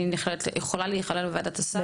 יכולה להיכלל בוועדת הסל?